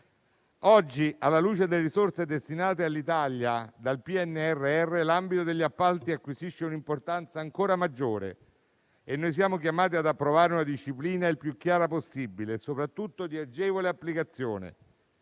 Oggi, alla luce delle risorse destinate all'Italia dal PNRR, l'ambito degli appalti acquisisce un'importanza ancora maggiore e noi siamo chiamati ad approvare una disciplina la più chiara possibile, soprattutto di agevole applicazione